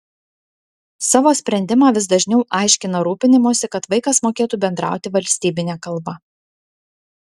savo sprendimą vis dažniau aiškina rūpinimųsi kad vaikas mokėtų bendrauti valstybine kalba